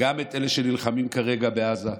גם את אלה שנלחמים כרגע בעזה,